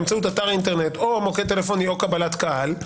באמצעות אתר אינטרנט או מוקד טלפוני או קבלת קהל.